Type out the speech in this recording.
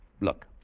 Look